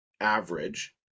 average